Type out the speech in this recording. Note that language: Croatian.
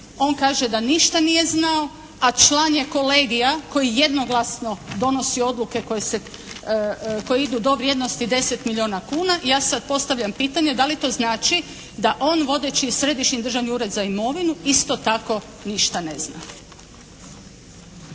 on kaže da ništa nije znao, a član je kolegija koji jednoglasno donosi odluke koje idu do vrijednosti 10 milijuna kuna. Ja sada postavljam pitanje da li to znači da on vodeći Središnji državni ured za imovinu isto tako ništa nezna?